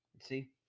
See